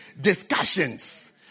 discussions